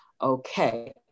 Okay